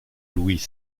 louis